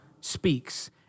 speaks